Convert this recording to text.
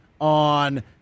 on